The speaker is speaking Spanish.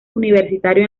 universitario